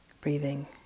breathing